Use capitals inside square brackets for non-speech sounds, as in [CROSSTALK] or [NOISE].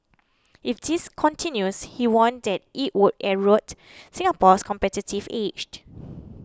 if this continues he warned that it would erode Singapore's competitive edge [NOISE]